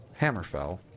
Hammerfell